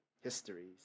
histories